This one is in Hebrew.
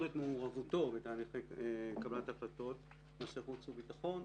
את מעורבותו בתהליכי קבלת ההחלטות בנושאי חוץ וביטחון,